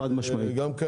חד משמעית.